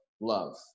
love